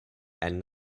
and